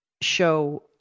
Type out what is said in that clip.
show